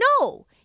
No